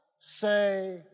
say